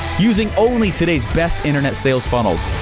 using only today's best internet sales funnels.